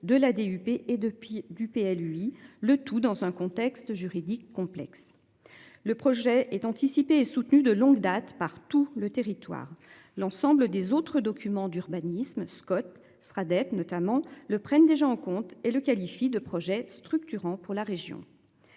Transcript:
de la DUP et depuis du PS lui le tout dans un contexte juridique complexe. Le projet est anticipé et soutenu de longue date par tout le territoire, l'ensemble des autres documents d'urbanisme Scott sera dette notamment le prennent déjà en compte et le qualifie de projet structurant pour la région.